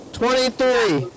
twenty-three